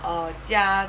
err 家